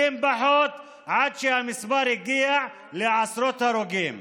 20 פחות, עד שהמספר הגיע לעשרות הרוגים.